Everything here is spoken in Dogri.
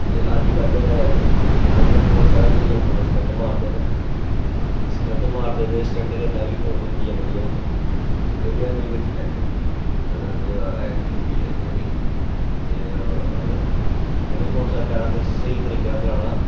ते अज्जकल अज्जकल मोटरसैकल लेइयै मुड़े स्टंट मारदे न स्टंट मारदे ते स्टंट कन्नै बी मौत होंदियां बड़ियां जेह्ड़ियां एनवन ऐक्टीविटी ऐक्टीविटी ऐ हैनी ते अगर तुसें मोटरसैकल लैना ते स्हेई तरीके कन्नै चलाना